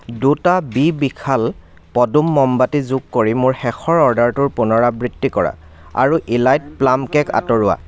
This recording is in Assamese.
দুটা বি বিশাল পদুম মমবাতি যোগ কৰি মোৰ শেষৰ অৰ্ডাৰটোৰ পুনৰাবৃত্তি কৰা আৰু ইলাইট প্লাম কেক আঁতৰোৱা